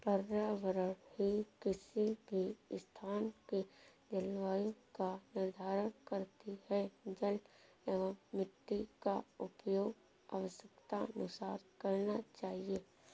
पर्यावरण ही किसी भी स्थान के जलवायु का निर्धारण करती हैं जल एंव मिट्टी का उपयोग आवश्यकतानुसार करना चाहिए